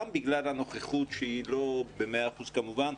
גם בגלל הנוכחות שהיא לא במאה אחוז כמובן,